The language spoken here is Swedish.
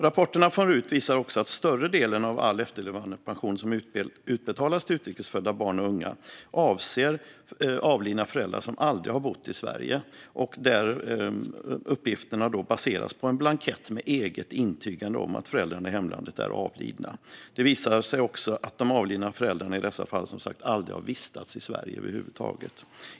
Rapporterna från RUT visar också att större delen av all efterlevandepension som utbetalas till utrikes födda barn och unga avser avlidna föräldrar som aldrig har bott i Sverige och där uppgifterna baseras på en blankett med eget intygande om att föräldrarna i hemlandet är avlidna. Det visar sig också att de avlidna föräldrarna i dessa fall aldrig har vistats i Sverige över huvud taget.